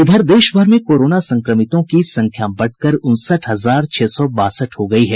इधर देश भर में कोरोना संक्रमितों की संख्या बढ़कर उनसठ हजार छह सौ बासठ हो गयी है